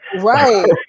right